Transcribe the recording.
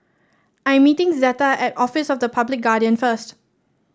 I'm meeting Zeta at Office of the Public Guardian first